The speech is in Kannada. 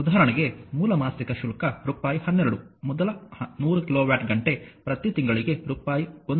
ಉದಾಹರಣೆಗೆ ಮೂಲ ಮಾಸಿಕ ಶುಲ್ಕ ರೂಪಾಯಿ 12 ಮೊದಲ 100 ಕಿಲೋವ್ಯಾಟ್ ಘಂಟೆ ಪ್ರತಿ ತಿಂಗಳಿಗೆ ರೂಪಾಯಿ 1